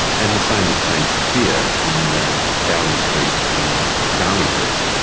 and the same with saint sophia in dowling st in darlinghurst,